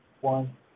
one